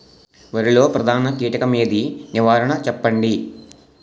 వరిలో ప్రధాన కీటకం ఏది? నివారణ చెప్పండి?